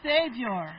Savior